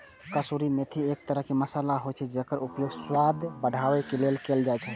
कसूरी मेथी एक तरह मसाला होइ छै, जेकर उपयोग स्वाद बढ़ाबै लेल कैल जाइ छै